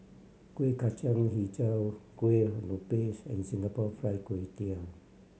Kueh Kacang Hijau Kuih Lopes and Singapore Fried Kway Tiao